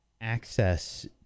access